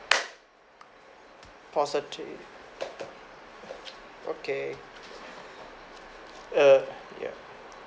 positive okay err ya